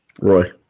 Roy